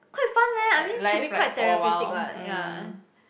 quite fun leh I mean should be quite therapeutic what ya